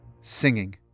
singing